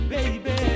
Baby